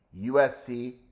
USC